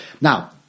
Now